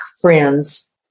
friends